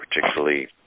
particularly